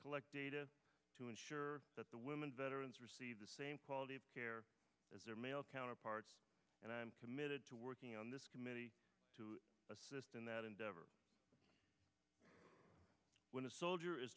collect data to ensure that the women veterans the same quality of care as their male counterparts and i am committed to working on this committee to assist in that endeavor when a soldier is